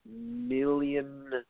million